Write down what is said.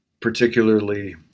particularly